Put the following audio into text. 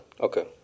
Okay